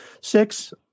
six